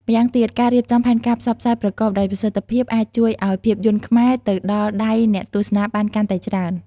ម្យ៉ាងទៀតការរៀបចំផែនការផ្សព្វផ្សាយប្រកបដោយប្រសិទ្ធភាពអាចជួយឲ្យភាពយន្តខ្មែរទៅដល់ដៃអ្នកទស្សនាបានកាន់តែច្រើន។